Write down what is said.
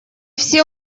все